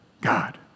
God